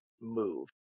move